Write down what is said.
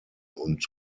und